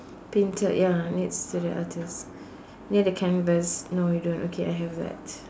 painter ya needs to the artist near the canvas no you don't okay I have that